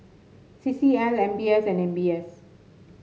C C L M B S and M B S